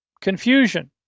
Confusion